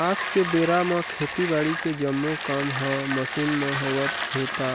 आज के बेरा म खेती बाड़ी के जम्मो काम ह मसीन म होवत हे ता